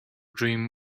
dream